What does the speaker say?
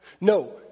No